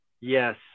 Yes